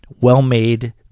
well-made